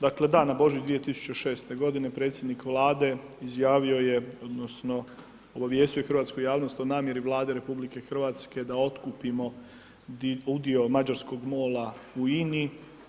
Dakle, da na Božić 2006.g. predsjednik Vlade izjavio je odnosno obavijestio je hrvatsku javnost o namjeri Vlade RH da otkupimo udio mađarskog MOL-a u INA-i.